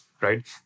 right